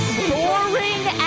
boring